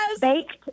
Baked